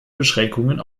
beschränkungen